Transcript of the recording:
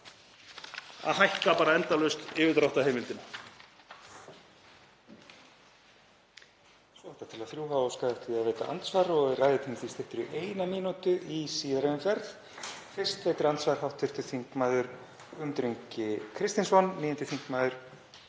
að hækka bara endalaust yfirdráttarheimildina.